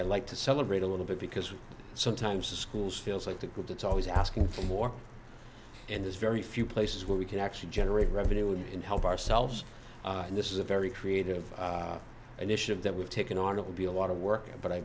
i like to celebrate a little bit because sometimes the schools feels like the group that's always asking for more and there's very few places where we can actually generate revenue and help ourselves and this is a very creative an issue of that we've taken on of will be a lot of work but i